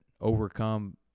overcome